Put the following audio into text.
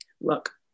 Look